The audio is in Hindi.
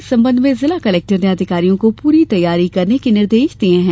इस संबंध में जिला कलेक्टर ने अधिकारियों को पूरी तैयारी करने के निर्देश दिये हैं